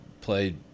played